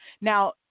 Now